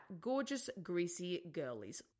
gorgeousgreasygirlies